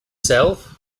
self